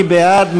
מי בעד?